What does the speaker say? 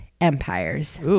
empires